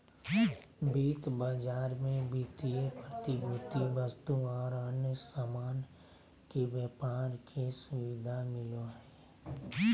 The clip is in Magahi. वित्त बाजार मे वित्तीय प्रतिभूति, वस्तु आर अन्य सामान के व्यापार के सुविधा मिलो हय